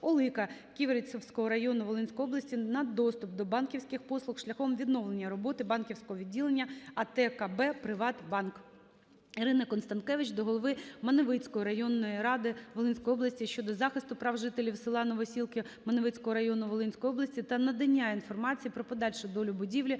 Олика Ківерцівського району Волинської області на доступ до банківських послуг шляхом відновлення роботи банківського відділення АТ КБ "Приватбанк". Ірини Констанкевич до голови Маневицької районної ради Волинської області щодо захисту прав жителів села Новосілки Маневицького району Волинської області та надання інформації про подальшу долю будівлі,